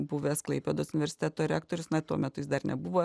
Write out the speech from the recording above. buvęs klaipėdos universiteto rektorius na tuomet jis dar nebuvo